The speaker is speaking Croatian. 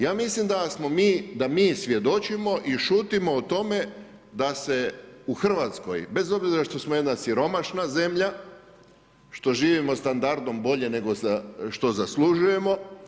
Ja mislim da mi svjedočimo i šutimo o tome da se u Hrvatskoj, bez obzira što smo jedna siromašna zemlja, što živimo standardom bolje nego što zaslužujemo.